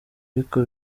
ariko